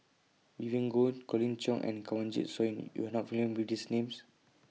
Vivien Goh Colin Cheong and Kanwaljit Soin YOU Are not familiar with These Names